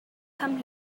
come